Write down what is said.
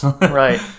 Right